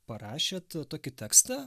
parašėt tokį tekstą